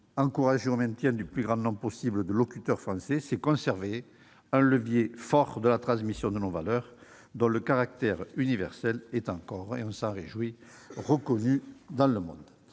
Encourager au maintien du plus grand nombre possible de locuteurs français, c'est conserver un levier fort de la transmission de nos valeurs, dont le caractère universel est encore-on s'en réjouit ! -reconnu dans le monde.